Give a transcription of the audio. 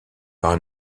par